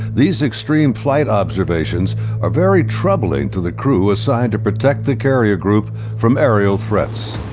these extreme flight observations are very troubling to the crew assigned to protect the carrier group from aerial threats.